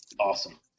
awesome